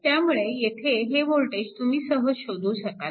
त्यामुळे येथे हे वोल्टेज तुम्ही सहज शोधू शकाल